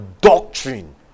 doctrine